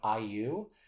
IU